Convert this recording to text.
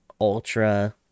ultra